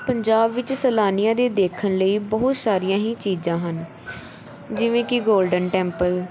ਪੰਜਾਬ ਵਿੱਚ ਸੈਲਾਨੀਆਂ ਦੇ ਦੇਖਣ ਲਈ ਬਹੁਤ ਸਾਰੀਆਂ ਹੀ ਚੀਜ਼ਾਂ ਹਨ ਜਿਵੇਂ ਕਿ ਗੋਲਡਨ ਟੈਂਪਲ